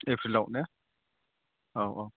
एप्रिलाव ने औ औ